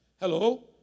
hello